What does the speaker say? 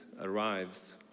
arrives